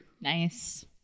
Nice